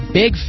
big